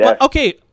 okay